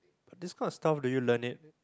this kind of stuff do you learn it